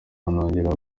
anongeraho